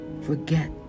forget